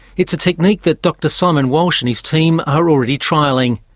it's a technique that dr simon walsh and his team are already trialling.